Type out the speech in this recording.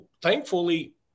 thankfully